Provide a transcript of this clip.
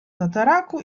tataraku